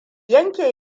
yanke